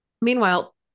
Meanwhile